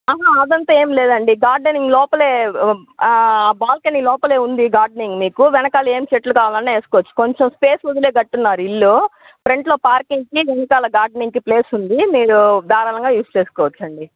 అదంతా ఏం లేదండీ గార్డెనింగ్ లోపలే బాల్కనీ లోపలే ఉంది గార్డెనింగ్ మీకు వెనకాల ఏం చెట్లు కావాలన్న ఏస్కోవచ్చు కొంచం స్పేస్ వదిలే గట్టున్నారు ఇల్లు ఫ్రంట్లో పార్కింగ్స్కి వెనకాల గార్డెనింగ్కి ప్లేస్ ఉంది మీరు దారాలంగా యూస్ చేసుకోవచ్చండి